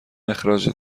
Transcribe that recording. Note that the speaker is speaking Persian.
اخراجت